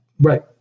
Right